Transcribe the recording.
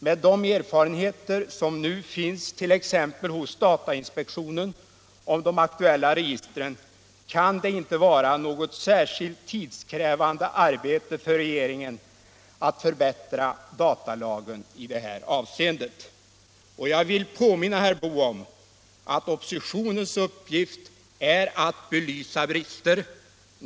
Med de erfarenheter som nu finns, t.ex. hos datainspektionen, om de aktuella registren kan det inte vara något särskilt tidskrävande arbete för regeringen att förbättra datalagen i det här avseendet. Jag vill påminna herr Boo om att oppositionens uppgift är att belysa brister.